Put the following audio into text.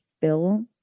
fill